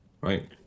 right